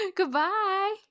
Goodbye